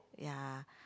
ya